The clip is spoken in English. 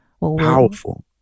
Powerful